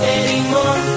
anymore